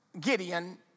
Gideon